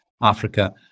Africa